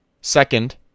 second